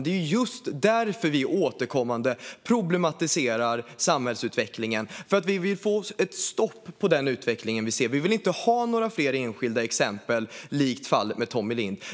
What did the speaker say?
Det är just därför vi återkommande problematiserar samhällsutvecklingen: Vi vill få ett stopp på den utveckling vi ser. Vi vill inte ha några fler enskilda exempel likt fallet med Tommie Lindh.